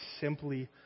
simply